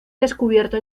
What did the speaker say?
descubierto